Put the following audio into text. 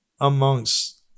amongst